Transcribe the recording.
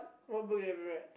what book you've read